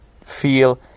feel